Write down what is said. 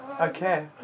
Okay